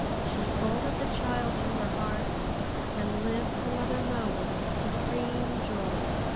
she folded the child to her heart and lived another moment of supreme joy.